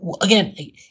again